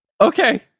Okay